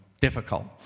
difficult